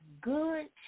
good